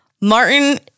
Martin